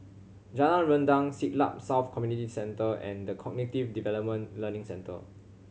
Jalan Rendang Siglap South Community Centre and The Cognitive Development Learning Centre